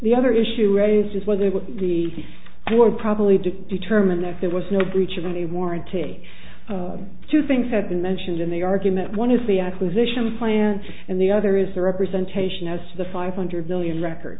the other issue raised is whether the who are probably to determine if there was no breach of the warranty two things have been mentioned in the argument one is the acquisition plan and the other is the representation as of the five hundred million record